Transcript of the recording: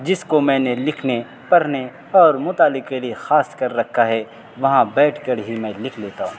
جس کو میں نے لکھنے پڑھنے اور مطالعے کے لیے خاص کر رکھا ہے وہاں بیٹھ کر ہی میں لکھ لیتا ہوں